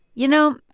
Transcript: you know,